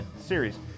series